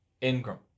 Ingram